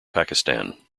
pakistan